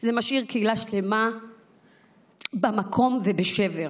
זה משאיר קהילה שלמה במקום ובשבר.